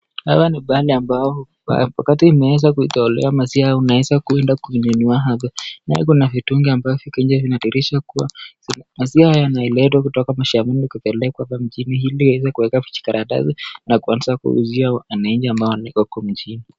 Hapa ni pahali ambapo wakati unaweza kuzolea maziwa unaweza kuenda kununua hapa. Nayo kuna vitungi ambavyo viko nje vinadhihirisha kuwa maziwa haya yanaletwa kutoka mashambani kupelekwa mjini ili iweze kuwekwa vijikaratasi na kuanza kuuzia wananchi ambao walioko mjini.